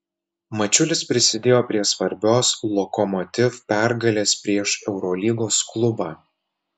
mačiulis prisidėjo prie svarbios lokomotiv pergalės prieš eurolygos klubą